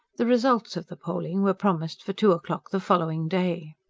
the results of the polling were promised for two o'clock the following day.